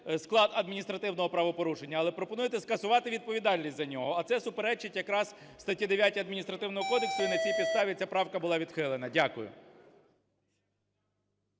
склад адміністративного правопорушення, але пропонуєте скасувати відповідальність за нього, а це суперечить якраз статті 9 Адміністративного кодексу. І на цій підставі ця правка була відхилена. Дякую.